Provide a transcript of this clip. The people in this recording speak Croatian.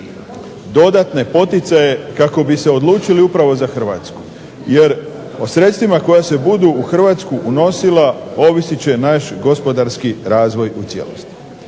dodatne poticaje kako bi se odlučili upravo za Hrvatsku, jer sredstvima koja se budu u Hrvatsku unosila ovisit će naš gospodarski razvoj u cijelosti.